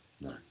no